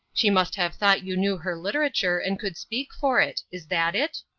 she must have thought you knew her literature and could speak for it. is that it?